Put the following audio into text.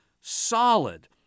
solid